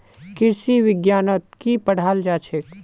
कृषि विज्ञानत की पढ़ाल जाछेक